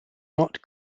not